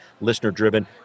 listener-driven